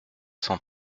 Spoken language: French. cent